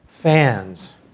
fans